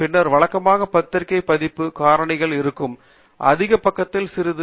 பின்னர் வழக்கமாக பத்திரிகை பாதிப்பு காரணிகள் இருக்கும் அதிக பக்கத்தில் சிறிது